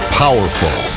powerful